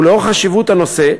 ולנוכח חשיבות הנושא,